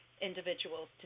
individuals